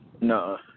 No